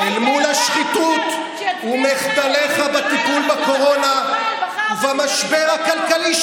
אל מול השחיתות ומחדליך במשבר הקורונה ובמשבר הכלכלי,